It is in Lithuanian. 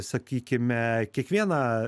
sakykime kiekvieną